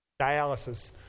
dialysis